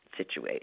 situation